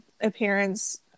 appearance